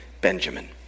Benjamin